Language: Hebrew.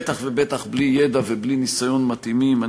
בטח ובטח בלי ידע וניסיון מתאימים.